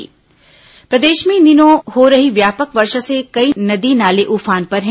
बारिश प्रदेश में इन दिनों हो रही व्यापक वर्षा से कई नदी नाले उफान पर हैं